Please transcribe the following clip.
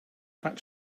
pack